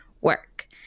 work